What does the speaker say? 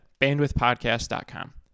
bandwidthpodcast.com